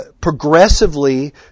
progressively